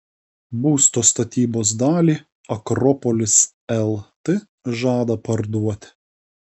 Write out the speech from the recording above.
būsto statybos dalį akropolis lt žada parduoti